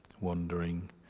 wandering